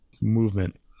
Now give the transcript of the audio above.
movement